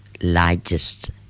largest